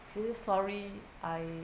serious sorry I